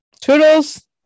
Toodles